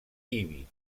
ibi